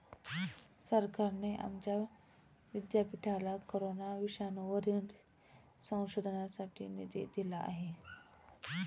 सरकारने आमच्या विद्यापीठाला कोरोना विषाणूवरील संशोधनासाठी निधी दिला आहे